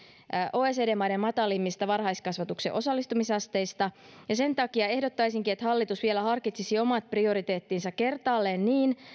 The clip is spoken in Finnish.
oecd maiden matalimmista varhaiskasvatuksen osallistumisasteista ja sen takia ehdottaisinkin että hallitus vielä harkitsisi omat prioriteettinsa kertaalleen niin